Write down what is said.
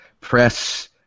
press